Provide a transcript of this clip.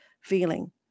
feeling